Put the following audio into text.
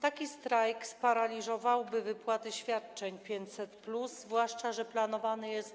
Taki strajk sparaliżowałby wypłaty świadczeń 500+, zwłaszcza że planowany jest